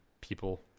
people